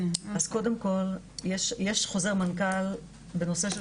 אז קודם כל יש חוזר מנכ"ל בנושא של